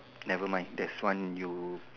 never mind there's one you